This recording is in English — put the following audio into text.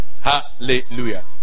Hallelujah